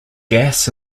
gas